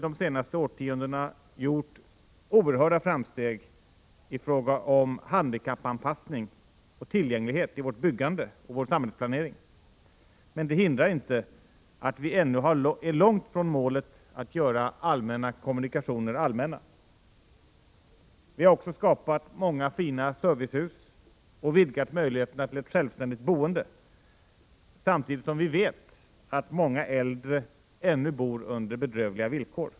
de senaste årtiondena gjort stora framsteg i fråga om handikappanpassning och tillgänglighet i vårt byggande och vår samhällsplanering, men det hindrar inte att vi ännu är långt från målet att göra allmänna kommunikationer allmänna. Vi har också skapat många fina servicehus och vidgat möjligheterna till ett självständigt boende, samtidigt som vi vet att många äldre ännu bor under bedrövliga villkor.